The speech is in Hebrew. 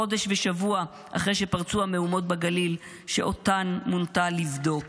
חודש ושבוע אחרי שפרצו המהומות בגליל שאותן מונתה לבדוק,